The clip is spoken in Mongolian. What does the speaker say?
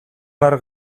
нар